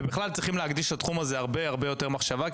ובכלל צריך להקדיש לתחום הזה הרבה יותר מחשבה.